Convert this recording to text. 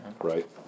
right